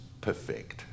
Perfect